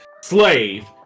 slave